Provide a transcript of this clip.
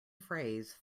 phrase